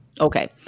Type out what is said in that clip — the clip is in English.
Okay